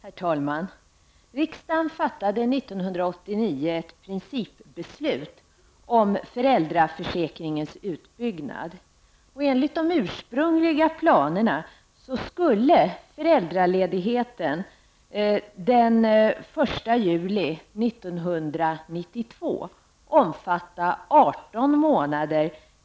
Herr talman! Riksdagen fattade 1989 ett principbeslut om föräldraförsäkringens utbyggnad.